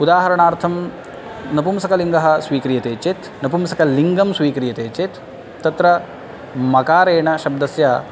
उदाहरणार्थं नपुंसकलिङ्गं स्वीक्रियते चेत् नपुंसकलिङ्गं स्वीक्रियते चेत् तत्र मकारेण शब्दस्य